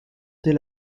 dès